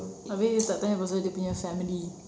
habis you tak tanya pasal dia punya family